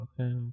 okay